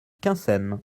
quinssaines